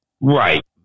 right